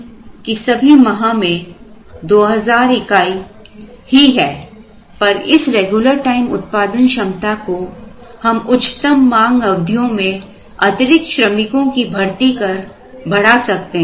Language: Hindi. मान लें कि सभी माह में 2000 इकाई ही है पर इस रेगुलर टाइम उत्पादन क्षमता को हम उच्चतम मांग अवधियों में अतिरिक्त श्रमिकों की भर्ती कर बढ़ा सकते हैं